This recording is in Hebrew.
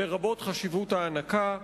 לרבות חשיבות ההנקה.